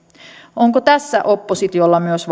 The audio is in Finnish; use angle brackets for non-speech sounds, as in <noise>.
onko tässä oppositiolla myös <unintelligible>